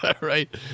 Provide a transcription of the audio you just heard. Right